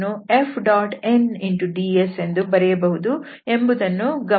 n ds ಎಂದು ಬರೆಯಬಹುದು ಎಂಬುದನ್ನು ಗಮನಿಸಬಹುದು